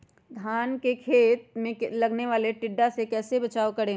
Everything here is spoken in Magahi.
धान के खेत मे लगने वाले टिड्डा से कैसे बचाओ करें?